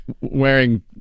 wearing